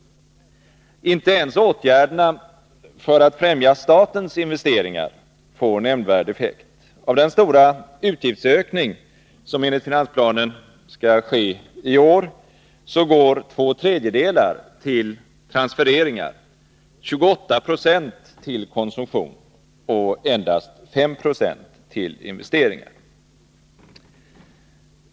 Inte ens åtgärderna för att främja statens investeringar får nämnvärd effekt. Av den stora utgiftsökning som enligt finansplanen skall ske i år, går två tredjedelar till transfereringar, 28 20 till konsumtion och endast 5 2 till investeringar.